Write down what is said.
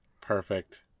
Perfect